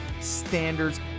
standards